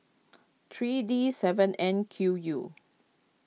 three D seven N Q U